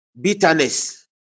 bitterness